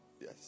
Yes